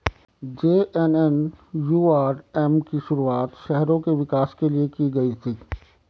JNNURM की शुरुआत शहरों के विकास के लिए की गई थी